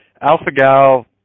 alpha-gal